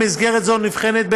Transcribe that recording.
במסגרת זו נבחנת,